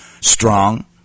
strong